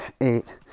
eight